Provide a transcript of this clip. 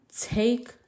take